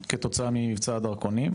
כתוצאה ממבצע הדרכונים,